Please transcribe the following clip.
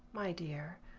my dear.